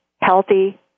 healthy